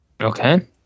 Okay